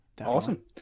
Awesome